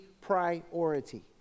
Priority